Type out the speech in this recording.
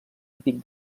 típic